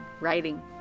writing